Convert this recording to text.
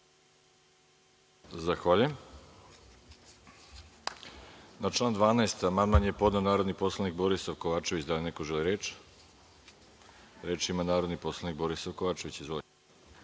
Zahvaljujem. Na član 12. amandman je podneo narodni poslanik Borisav Kovačević. Da li neko želi reč? Reč ima narodni poslanik Borisav Kovačević.